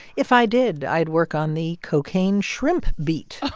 if i did, i'd work on the cocaine shrimp beat